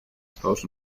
estados